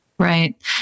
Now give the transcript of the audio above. Right